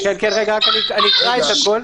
רק אקרא את הכול.